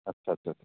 आच्चा आच्चा